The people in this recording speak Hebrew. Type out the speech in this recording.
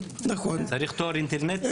צריך תור אינטרנטי.